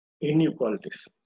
inequalities